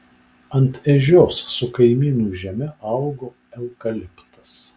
ant ežios su kaimynų žeme augo eukaliptas